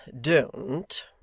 don't